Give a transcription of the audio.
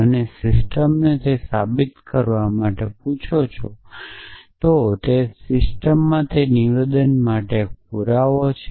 અને સિસ્ટમને તે સાબિત કરવા પૂછો પછી તે સિસ્ટમમાં તે નિવેદનો માટે એક પુરાવો છે